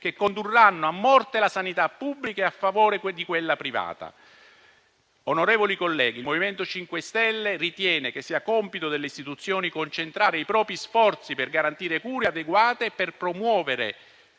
che condurranno a morte la sanità pubblica a favore di quella privata. Onorevoli colleghi, il MoVimento 5 Stelle ritiene che sia compito delle istituzioni concentrare i propri sforzi per garantire cure adeguate, per promuovere